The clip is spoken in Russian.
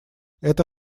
это